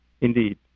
Indeed